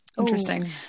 Interesting